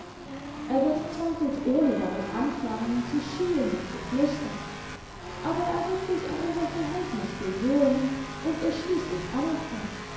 er wird zweifelsohne damit anfangen zu schielen und zu flüstern aber er wird sich an unser verhältnis gewöhnen und es schließlich anerkennen